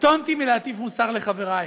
קטונתי מלהטיף מוסר לחברי,